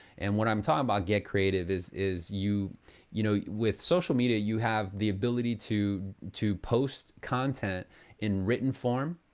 and what i'm talking about get creative is is you know with social media, you have the ability to to post content in written form,